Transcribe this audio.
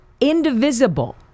indivisible